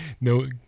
No